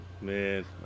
man